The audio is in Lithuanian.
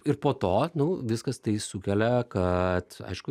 ir po to nu viskas tai sukelia kad aišku